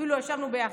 אפילו ישבנו ביחד,